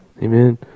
Amen